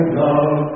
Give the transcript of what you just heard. love